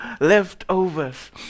leftovers